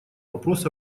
вопрос